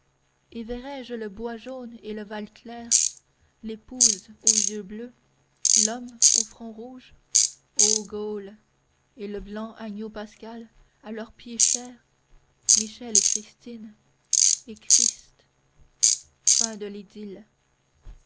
et verrai-je le bois jaune et le val clair l'épouse aux yeux bleus l'homme au front rouge ô gaule et le blanc agneau pascal à leurs pieds chers michel et christine et christ fin de